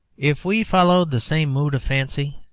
if we followed the same mood of fancy,